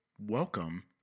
Welcome